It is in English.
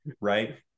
right